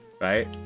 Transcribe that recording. Right